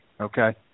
Okay